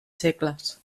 segles